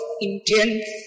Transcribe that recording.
intense